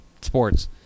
Sports